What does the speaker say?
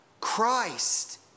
Christ